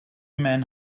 men